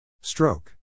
Stroke